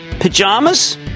pajamas